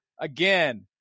again